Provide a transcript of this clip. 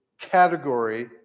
category